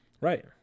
Right